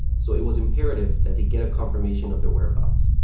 so it was imperative that they get a confirmation of their whereabouts.